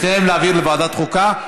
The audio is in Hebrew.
אז את שתיהן להעביר לוועדת חוקה?